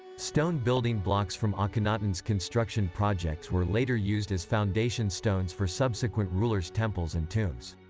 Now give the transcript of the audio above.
stone building blocks from akhenaten's construction projects were later used as foundation stones for subsequent rulers' temples and tombs.